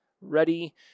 Ready